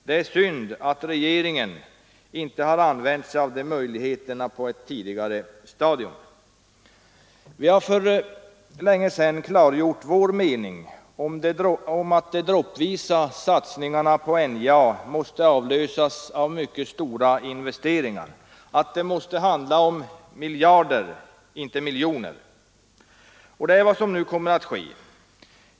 Det är synd att regeringen inte har använt sig av de möjligheterna på ett tidigare stadium. Vi har för länge sedan klargjort vår mening att de droppvisa satsningarna på NJA måste avlösas av mycket stora investeringar, att det måste handla om miljarder och inte miljoner. Det är vad som nu kommer att ske.